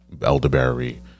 elderberry